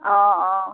অঁ অঁ